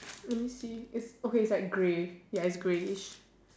let me see if okay it's like grey ya it's greyish